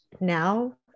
now